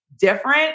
different